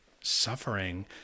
suffering